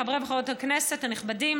חברי וחברות הכנסת הנכבדים,